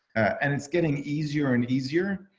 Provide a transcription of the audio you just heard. and it's getting easier and easier.